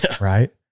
Right